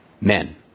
men